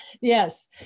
Yes